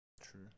True